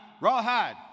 Rawhide